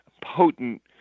potent